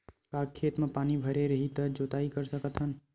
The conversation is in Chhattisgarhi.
का खेत म पानी भरे रही त जोताई कर सकत हन?